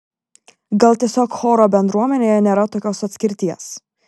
gal tiesiog choro bendruomenėje nėra tokios atskirties